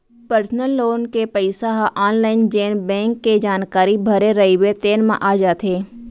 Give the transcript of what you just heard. personal loan के पइसा ह आनलाइन जेन बेंक के जानकारी भरे रइबे तेने म आ जाथे